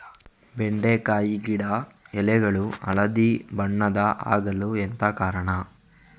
ಬೆಂಡೆಕಾಯಿ ಗಿಡ ಎಲೆಗಳು ಹಳದಿ ಬಣ್ಣದ ಆಗಲು ಎಂತ ಕಾರಣ?